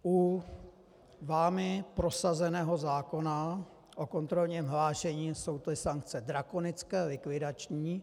U vámi prosazeného zákona o kontrolním hlášení jsou ty sankce drakonické, likvidační.